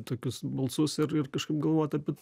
tokius balsus ir ir kažkaip galvot apie